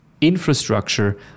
infrastructure